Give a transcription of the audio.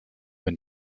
been